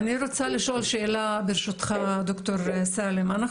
אני רוצה לשאול שאלה ברשותך דוקטור סאלם,